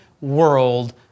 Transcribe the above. world